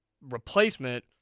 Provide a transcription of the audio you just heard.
replacement